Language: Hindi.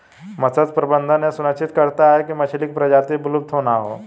मत्स्य प्रबंधन यह सुनिश्चित करता है की मछली की प्रजाति विलुप्त ना हो